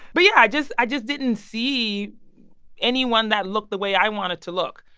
but yeah, i just i just didn't see anyone that looked the way i wanted to look.